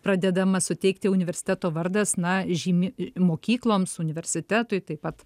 pradedamas suteikti universiteto vardas na žymi mokykloms universitetui taip pat